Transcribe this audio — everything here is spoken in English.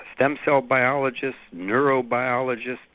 stem cell biologists, neurobiologists,